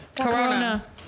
Corona